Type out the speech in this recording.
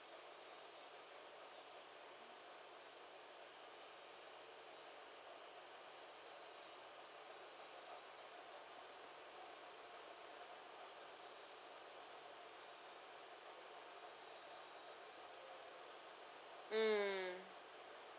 mm